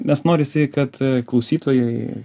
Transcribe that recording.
nes norisi kad klausytojai